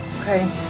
Okay